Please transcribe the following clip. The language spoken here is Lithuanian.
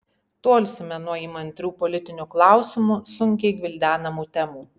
tolsime nuo įmantrių politinių klausimų sunkiai gvildenamų temų